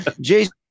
Jason